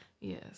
Yes